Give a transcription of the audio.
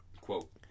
Quote